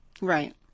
Right